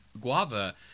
guava